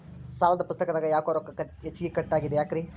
ಸಾಲದ ಪುಸ್ತಕದಾಗ ಯಾಕೊ ರೊಕ್ಕ ಹೆಚ್ಚಿಗಿ ಕಟ್ ಆಗೆದ ಯಾಕ್ರಿ?